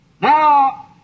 Now